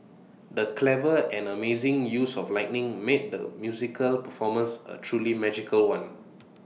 the clever and amazing use of lighting made the musical performance A truly magical one